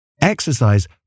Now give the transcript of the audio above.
exercise